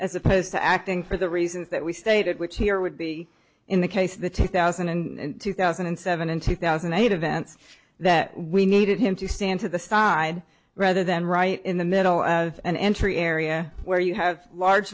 as opposed to acting for the reasons that we stated which here would be in the case of the two thousand and two thousand and seven and two thousand and eight events that we needed him to stand to the side rather than right in the middle of an entry area where you have large